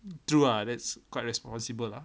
true ah that's quite responsible lah